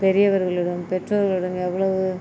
பெரியவர்களிடம் பெற்றோர்களிடம் எவ்வளவு